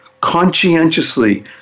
conscientiously